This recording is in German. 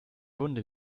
wunde